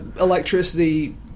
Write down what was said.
electricity